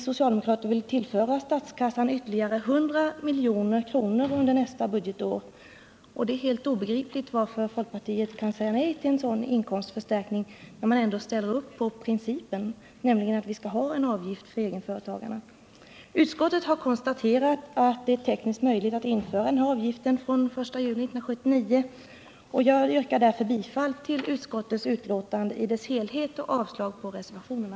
Socialdemokraternas förslag innebär att statskassan tillförs ytterligare 100 milj.kr. under nästa budgetår. Det är helt obegripligt att folkpartiet kan säga nej till en sådan inkomstförstärkning, när man ändå ställer upp bakom principen, nämligen att vi skall ha en avgift för egenföretagarna. Utskottet har konstaterat att det är tekniskt möjligt att införa den här avgiften från den 1 juli 1979, och jag yrkar bifall till utskottets hemställan i dess helhet och avslag på reservationerna.